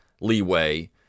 leeway